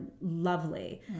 lovely